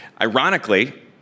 Ironically